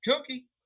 cookie